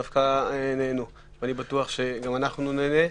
דווקא נהנו ואני בטוח שגם אנחנו ניהנה.